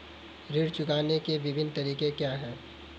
ऋण चुकाने के विभिन्न तरीके क्या हैं?